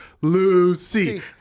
Lucy